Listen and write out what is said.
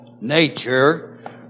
nature